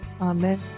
amen